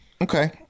Okay